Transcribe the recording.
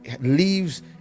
leaves